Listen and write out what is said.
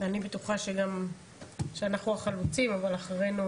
אני בטוחה שאנחנו החלוצים, אבל אחרינו